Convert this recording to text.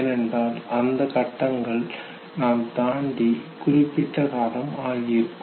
ஏனென்றால் அந்த கட்டங்களில் நாம் தாண்டி குறிப்பிட்ட காலம் ஆகியிருக்கும்